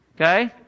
Okay